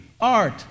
art